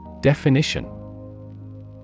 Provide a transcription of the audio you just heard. Definition